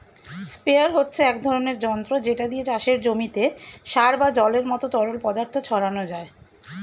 sprayer হচ্ছে এক ধরনের যন্ত্র যেটা দিয়ে চাষের জমিতে সার বা জলের মতো তরল পদার্থ ছড়ানো যায়